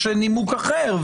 יש נימוק אחר,